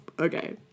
Okay